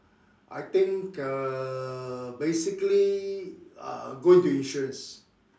I think uh basically uh going into insurance